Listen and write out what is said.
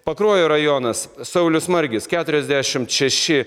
pakruojo rajonas saulius margis keturiasdešimt šeši